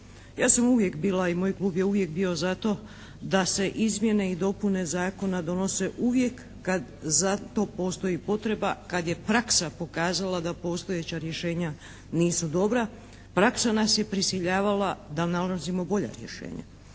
Ja sam uvijek bila i moj klub je uvijek bio za to da se izmjene i dopune zakona donose uvijek kada za to postoji potreba kada je praksa pokazala da postojeća rješenja nisu dobra. Praksa nas je prisiljavala da nalazimo bolja rješenja